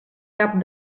cap